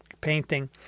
painting